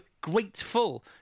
grateful